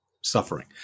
suffering